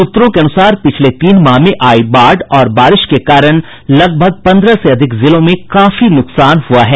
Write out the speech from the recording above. सूत्रों के अनुसार पिछले तीन माह में आयी बाढ़ और वर्षा के कारण लगभग पन्द्रह से अधिक जिलों में काफी नुकसान हुआ है